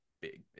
big